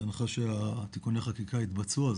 בהנחה שתיקוני החקיקה יתבצעו.